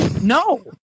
No